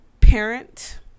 parent